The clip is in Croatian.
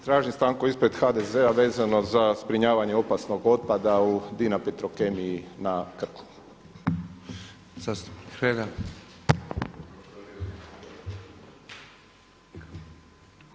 Tražim stanku ispred HDZ-a vezano za zbrinjavanje opasnog otpada u DINA petrokemiji na Krku.